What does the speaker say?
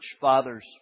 fathers